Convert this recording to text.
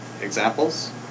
examples